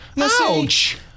Ouch